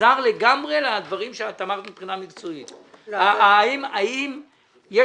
זר לגמרי לדברים שאת אמרת מבחינה מקצועית - האם יש